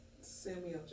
Samuel